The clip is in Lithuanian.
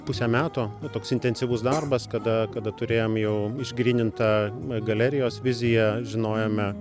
pusę meto nu toks intensyvus darbas kada kada turėjom jau išgrynintą galerijos viziją žinojome